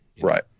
right